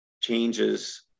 changes